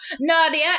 nadia